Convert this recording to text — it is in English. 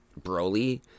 Broly